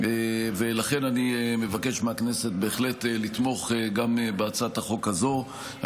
לכן אני מבקש מהכנסת בהחלט לתמוך גם בהצעת החוק הזאת על